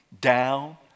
down